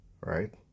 right